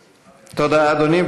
תודה, אדוני.